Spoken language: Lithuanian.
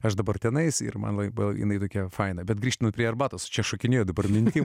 aš dabar tenais ir man lab jinai tokia faina bet grįžtu prie arbatos čia šokinėju dabar nintim